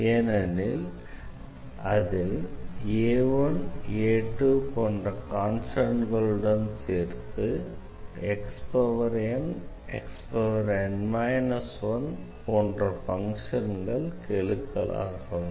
ஏனெனில் அதில் போன்ற கான்ஸ்டண்ட்களுடன் சேர்த்து போன்ற ஃபங்ஷன்கள் கெழுக்களாக வரும்